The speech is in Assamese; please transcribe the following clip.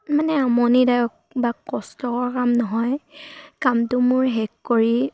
মানে আমনিদায়ক বা কষ্টকৰ কাম নহয় কামটো মোৰ শেষ কৰি